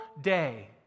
day